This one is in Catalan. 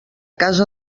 casa